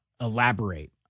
elaborate